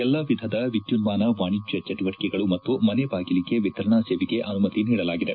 ಎಲ್ಲಾ ವಿಧದ ವಿದ್ಯುನ್ನಾನ ವಾಣಿಜ್ಞ ಚಟುವಟಿಕೆಗಳು ಮತ್ತು ಮನೆ ಬಾಗಿಲಿಗೆ ವಿತರಣಾ ಸೇವೆಗೆ ಅನುಮತಿ ನೀಡಲಾಗಿದೆ